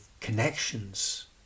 connections